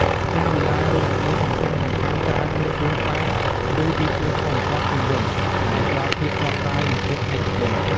ផ្ទះវីឡា ឬអគារសំខាន់ៗច្រើនមាន សួនច្បារ ឬ ទីធ្លាធំ ព័ទ្ធជុំវិញ ដែលផ្តល់ភាពស្រស់ស្រាយ និងភាពឯកជន។